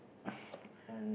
uh